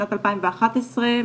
בשנת 2011,